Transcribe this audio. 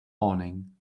awning